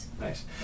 nice